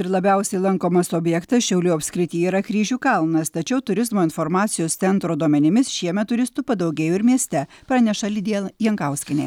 ir labiausiai lankomas objektas šiaulių apskrityje yra kryžių kalnas tačiau turizmo informacijos centro duomenimis šiemet turistų padaugėjo ir mieste praneša lidija jankauskienė